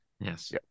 Yes